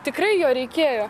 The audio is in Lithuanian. tikrai jo reikėjo